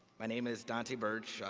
my name is dante burch.